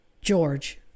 George